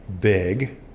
big